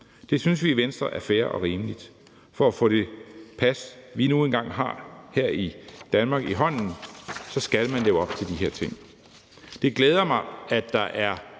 Det synes vi i Venstre er fair og rimeligt. For at få det pas, vi nu engang har her i Danmark, i hånden, skal man leve op til de her ting.